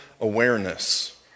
awareness